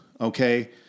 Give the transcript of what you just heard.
okay